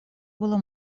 было